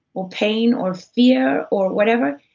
or pain, or fear, or whatever,